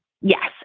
Yes